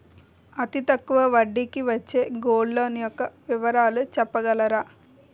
అతి తక్కువ వడ్డీ కి వచ్చే గోల్డ్ లోన్ యెక్క వివరాలు చెప్పగలరా?